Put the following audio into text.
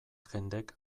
jendek